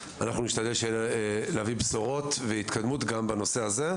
נשתדל להביא בשורות והתקדמות גם בנושא הזה.